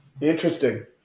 Interesting